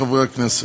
חברי הכנסת,